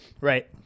right